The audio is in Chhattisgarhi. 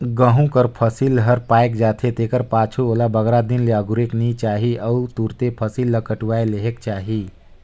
गहूँ कर फसिल हर पाएक जाथे तेकर पाछू ओला बगरा दिन ले अगुरेक नी चाही अउ तुरते फसिल ल कटुवाए लेहेक चाही